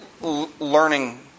learning